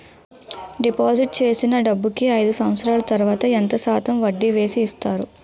Deposit చేసిన డబ్బుకి అయిదు సంవత్సరాల తర్వాత ఎంత శాతం వడ్డీ వేసి ఇస్తారు?